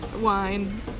wine